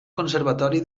conservatori